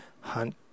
hunt